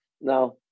Now